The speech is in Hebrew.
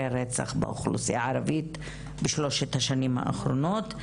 הרצח באוכלוסייה הערבית בשלושת השנים האחרונות.